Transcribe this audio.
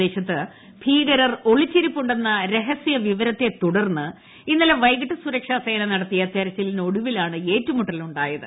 പ്രദേശത്ത് ക ഭീകരർ ഒളിച്ചിരിപ്പു ന്ന രഹസ്യ വിവരത്തെത്തുടർന്ന് ഇന്നലെ വൈകിട്ട് സുരക്ഷാസേന നടത്തിയ തെരച്ചിലിന് ഒടുവിലാണ് ഏറ്റുമുട്ടൽ ഉ ായത്